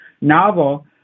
novel